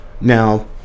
now